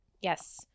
Yes